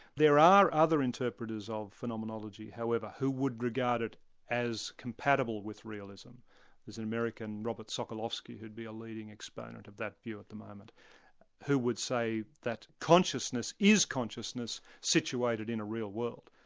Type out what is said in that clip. there are other interpreters of phenomenology however who would regard it as compatible with realism. there is an american robert sokolowski who'd be a leading exponent of that view at the moment who would say that consciousness is consciousness situated in a real world,